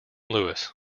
louis